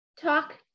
talk